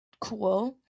cool